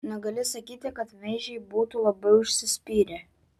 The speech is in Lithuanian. negali sakyti kad meižiai būtų labai užsispyrę